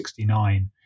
1969